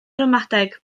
ramadeg